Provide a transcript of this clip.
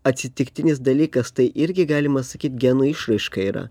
atsitiktinis dalykas tai irgi galima sakyt genų išraiška yra